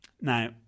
Now